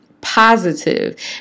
positive